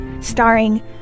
Starring